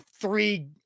three